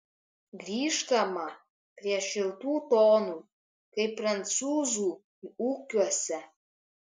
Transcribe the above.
grįžtama prie šiltų tonų kai prancūzų ūkiuose